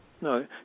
no